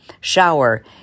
shower